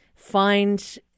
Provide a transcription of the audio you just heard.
find